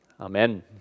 Amen